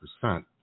percent